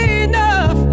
enough